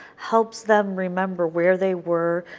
helps them remember where they were,